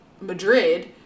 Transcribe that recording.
Madrid